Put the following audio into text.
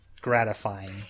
gratifying